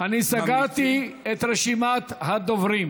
אני סגרתי את רשימת הדוברים.